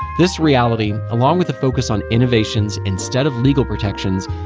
this reality, along with the focus on innovations instead of legal protections,